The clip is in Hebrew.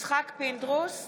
יצחק פינדרוס,